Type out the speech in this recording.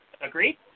Agreed